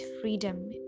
freedom